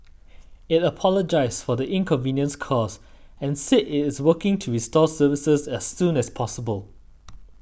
it apologised for the inconvenience caused and said it is working to restore services as soon as possible